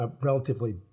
relatively